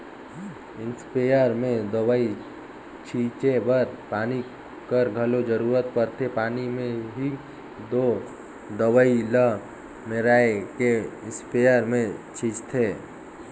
sprayer में दवई छींचे बर पानी कर घलो जरूरत परथे पानी में ही दो दवई ल मेराए के इस्परे मे छींचथें